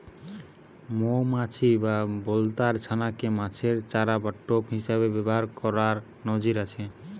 মউমাছি বা বলতার ছানা কে মাছের চারা বা টোপ হিসাবে ব্যাভার কোরার নজির আছে